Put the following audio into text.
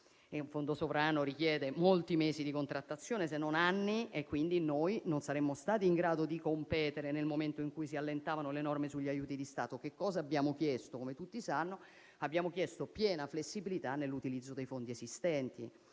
un fondo sovrano richiede molti mesi di contrattazione, se non anni, quindi non saremmo stati in grado di competere nel momento in cui si allentavano le norme sugli aiuti di Stato. Come tutti sanno, abbiamo chiesto piena flessibilità nell'utilizzo dei fondi esistenti,